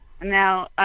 Now